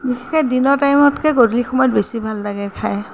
বিশেষকৈ দিনৰ টাইমতকৈ গধূলি সময়ত বেছি ভাল লাগে খায়